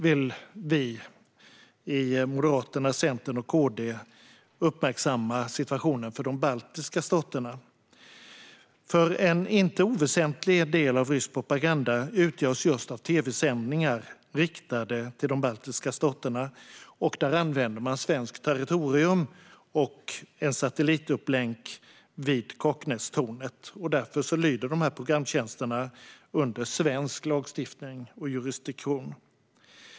Vi i Moderaterna, Centern och KD vill särskilt uppmärksamma situationen för de baltiska staterna. En inte oväsentlig del av rysk propaganda utgörs nämligen av just tv-sändningar riktade till de baltiska staterna. Där använder man svenskt territorium och en satellitupplänk vid Kaknästornet. Därför lyder dessa programtjänster under svensk lagstiftning och jurisdiktion.